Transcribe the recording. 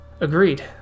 Agreed